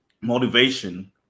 motivation